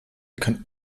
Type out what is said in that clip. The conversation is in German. kann